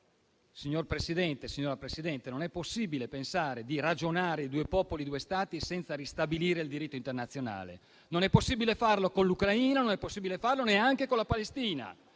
Signora Presidente del Consiglio, non è possibile pensare di ragionare in termini di due popoli e due Stati senza ristabilire il diritto internazionale: non è possibile farlo con l'Ucraina, non è possibile farlo neanche con la Palestina.